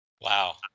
Wow